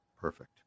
Perfect